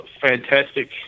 fantastic